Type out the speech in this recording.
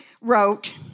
wrote